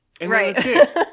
Right